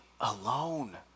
alone